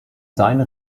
seine